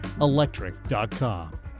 electric.com